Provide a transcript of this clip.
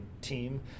team